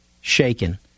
shaken